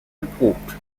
erprobt